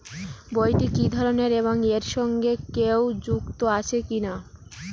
বইটি কি ধরনের এবং এর সঙ্গে কেউ যুক্ত আছে কিনা?